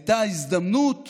הייתה הזדמנות